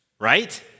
right